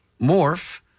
morph